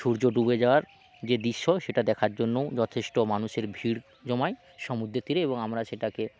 সূর্য ডুবে যাওয়ার যে দৃশ্য সেটা দেখার জন্যও যথেষ্ট মানুষের ভিড় জমায় সমুদ্রের তীরে এবং আমরা সেটাকে